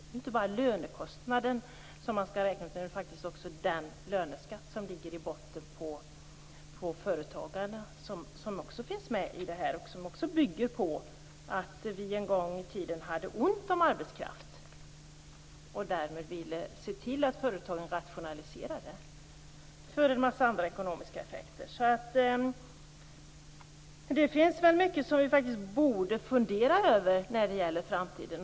Det är inte bara lönekostnaden som man skall räkna utan också den löneskatt som ligger i botten för företagarna. Det finns också med i detta, och det bygger på att vi en gång i tiden hade ont om arbetskraft och därmed ville se till att företagen rationaliserade, med en massa andra ekonomiska effekter. Det är mycket som vi borde fundera över när det gäller framtiden.